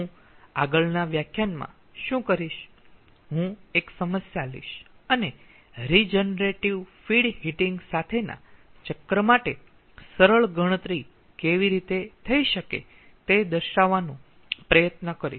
હું આગળના વ્યાખ્યાનમાં શું કરીશ હું એક સમસ્યા લઈશ અને રીજનરેટીવ ફીડ હિટીંગ સાથેના ચક્ર માટે સરળ ગણતરી કેવી રીતે થઈ શકે તે દર્શાવાનો પ્રયત્ન કરીશ